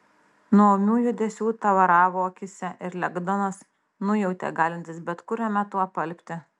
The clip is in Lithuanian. nuo ūmių judesių tavaravo akyse ir lengdonas nujautė galintis bet kuriuo metu apalpti